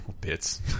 Bits